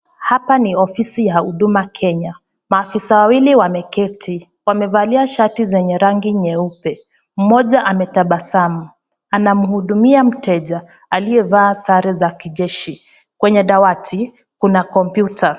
Hapa ni ofisi ya huduma kenya ,maaafisa wawili wameketi wamevalia shati zenye rangi nyeupe mmoja ametabasamu anamuhudumia mteja aliyevaa sare za kijeshi, kwenye dawadi kuna kompyuta.